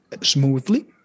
smoothly